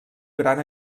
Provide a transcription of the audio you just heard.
gran